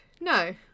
No